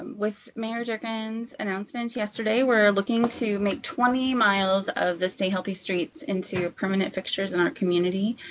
with mayor durkan's announcement yesterday, we are looking to make twenty miles of the stay healthy streets into permanent fixtures in our community.